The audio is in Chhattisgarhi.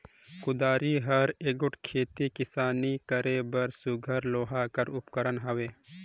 कुदारी हर एगोट खेती किसानी करे बर सुग्घर लोहा कर उपकरन हवे